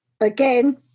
again